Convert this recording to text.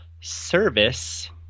service